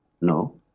No